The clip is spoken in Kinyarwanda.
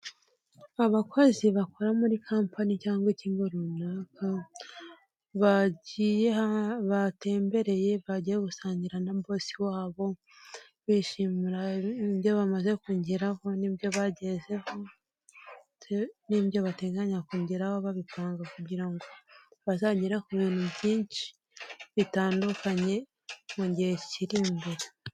Abakozi bakora muri kampanyi cyangwa ikigo runaka bagiye batembereye bagiye gusangira na bosi wabo bishimira ibyo bamaze kugeraho nibyo bagezeho n'ibyo bateganya kugeraho babipanga kugira ngo bazagere ku bintu byinshi bitandukanye mu gihe kiri imbere.